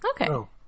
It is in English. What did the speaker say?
Okay